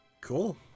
Cool